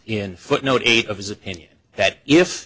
in footnote eight of his opinion that if